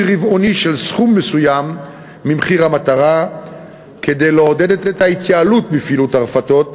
רבעוני של סכום מסוים ממחיר המטרה כדי לעודד את ההתייעלות בפעילות הרפתות,